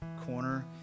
corner